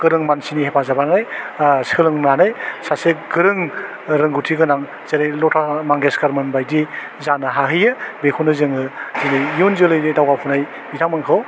गोरों मानसिनि हेफाजाब लानानै आह सोलोंनानै सासे गोरों रोंगथि गोनां जेरै लता मांगेशकारमोन बायदि जानो हाहैयो बेखौनो जोङो दिनै इयुन जोलैनि दावगाफुनाय बिथांमोनखौ